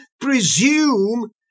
presume